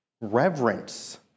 Reverence